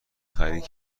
خرید